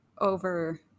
over